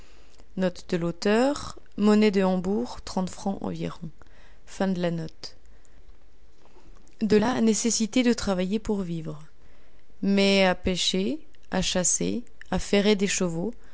de là nécessité de travailler pour vivre mais à pécher à chasser à ferrer des chevaux